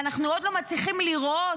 ואנחנו עוד לא מצליחים לראות,